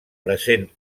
present